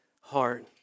heart